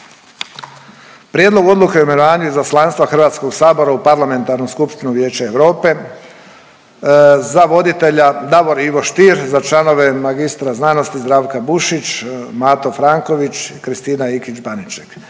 Prijedlog odluke o imenovanju Izaslanstva HS-a u Parlamentarnu skupštinu Vijeća Europe, za voditelja Davor Ivo Stier, za članove mr.sc. Zdravka Bušić, Mato Franković, Kristina Ikić Baniček,